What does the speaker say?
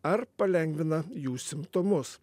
ar palengvina jų simptomus